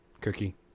Cookie